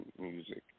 music